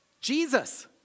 Jesus